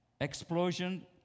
explosion